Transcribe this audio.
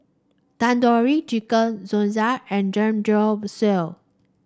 Tandoori Chicken Gyoza and Samgyeopsal